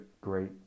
great